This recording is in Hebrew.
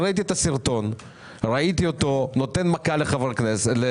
ראיתי אותו נותן מכה לשוטר.